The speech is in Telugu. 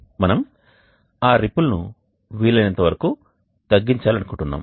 మనం ఆ ripple ను వీలైనంత వరకు తగ్గించాలనుకుంటున్నాము